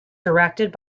directed